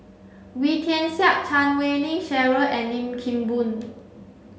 Wee Tian Siak Chan Wei Ling Cheryl and Lim Kim Boon